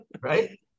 Right